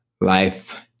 life